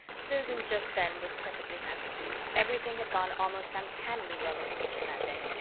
susan just then was perfectly happy everything had gone almost uncannily well in the kitchen that day.